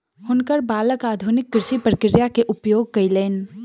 हुनकर बालक आधुनिक कृषि प्रक्रिया के उपयोग कयलैन